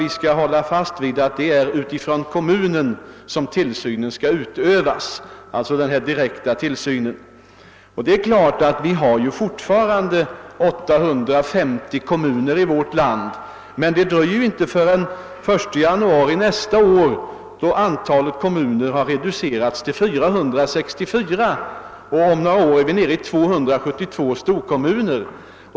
Vi bör hålla fast vid att det är från kommunen som den direkta tillsynen skall utövas. Fortfarande finns det 850 kommuner. Men redan den 1 januari nästa år reduceras antalet kommuner till 464, och om några år är vi nere i 272 storkommuner.